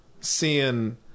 seeing